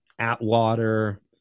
Atwater